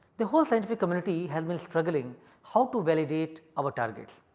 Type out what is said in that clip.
the whole scientific community has been struggling how to validate our targets.